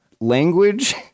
language